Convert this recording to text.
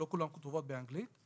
לא בכולם כתוב באנגלית.